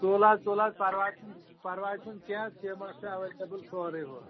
تُل حظ تُل حظ پَرواے چھُنہٕ پَرواے چھُنہٕ کینٛہہ سیٖمَٹ چھُ ایویلیبٕل سورُے ہُہ